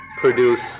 produce